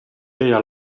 leia